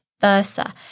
versa